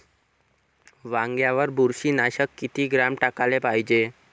वांग्यावर बुरशी नाशक किती ग्राम टाकाले पायजे?